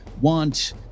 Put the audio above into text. want